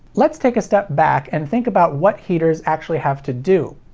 let's take a step back and think about what heaters actually have to do.